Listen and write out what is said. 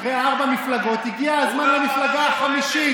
אחרי ארבע מפלגות הגיע הזמן למפלגה החמישית,